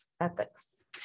ethics